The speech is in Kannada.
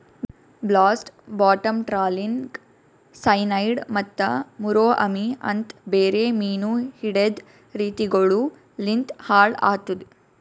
ಬ್ಲಾಸ್ಟ್, ಬಾಟಮ್ ಟ್ರಾಲಿಂಗ್, ಸೈನೈಡ್ ಮತ್ತ ಮುರೋ ಅಮಿ ಅಂತ್ ಬೇರೆ ಮೀನು ಹಿಡೆದ್ ರೀತಿಗೊಳು ಲಿಂತ್ ಹಾಳ್ ಆತುದ್